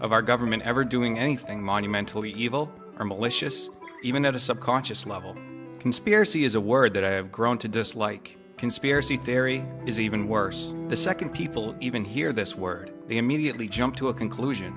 of our government ever doing anything monumental evil or malicious even at a subconscious level conspiracy is a word that i have grown to dislike conspiracy theory is even worse the second people even hear this word they immediately jump to a conclusion